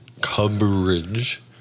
coverage